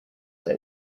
they